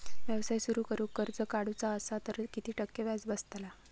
व्यवसाय सुरु करूक कर्ज काढूचा असा तर किती टक्के व्याज बसतला?